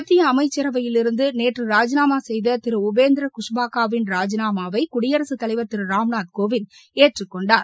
மத்திய அமைச்சரவையிலிருந்து நேற்று ராஜினாமா செய்த திரு உபேந்திரா குஷ்வாகாவின் ராஜினாமாவை குடியரசுத்தலைவர் திரு ராம்நாத் கோவிந்த் ஏற்றுக்கொண்டார்